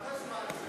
כמה זמן זה?